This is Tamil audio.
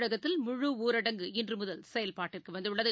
தமிழகத்தில் முழு ஊரடங்கு இன்றுமுதல் செயல்பாட்டிற்குவந்துள்ளது